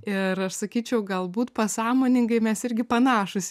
ir aš sakyčiau galbūt pasąmoningai mes irgi panašūs